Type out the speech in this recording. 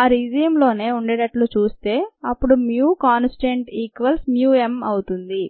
ఆ రిజిమ్లోనే ఉండేటట్లు చేస్తే అప్పుడు mu constant equals mu m అవుతుంది